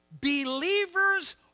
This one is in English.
believers